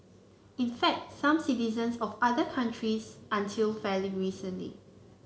in fact some citizens of other countries until fairly recently